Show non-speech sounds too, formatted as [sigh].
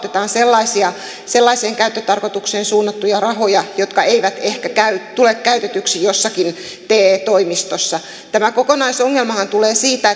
ja että sieltä vapautetaan sellaiseen käyttötarkoitukseen suunnattuja rahoja jotka eivät ehkä tule käytetyksi jossakin te toimistossa tämä kokonaisongelmahan tulee siitä [unintelligible]